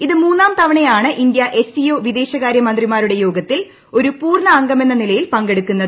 ഇത് മൂന്നാം തവണയാണ് ഇന്ത്യ എസ് സി ഒ വിദേശകാര്യ മന്ത്രിമാരുടെ യോഗത്തിൽ ഒരു പൂർണ അംഗമെന്ന നിലയിൽ പങ്കെടുക്കുന്നത്